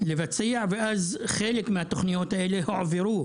לבצע ואז חלק מהתכניות האלה הועברו